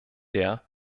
der